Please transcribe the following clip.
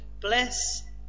bless